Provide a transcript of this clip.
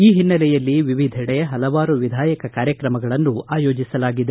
ಈ ಹಿನ್ನೆಲೆಯಲ್ಲಿ ವಿವಿಧೆಡೆ ಪಲವಾರು ವಿಧಾಯಕ ಕಾರ್ಯಕ್ರಮಗಳನ್ನು ಆಯೋಜಿಸಲಾಗಿದೆ